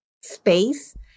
space